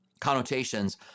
connotations